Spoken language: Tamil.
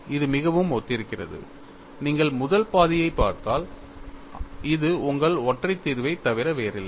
இது மிகவும் ஒத்திருக்கிறது நீங்கள் முதல் பகுதியைப் பார்த்தால் இது உங்கள் ஒற்றை தீர்வைத் தவிர வேறில்லை